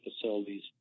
facilities